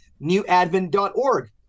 newadvent.org